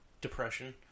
depression